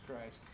Christ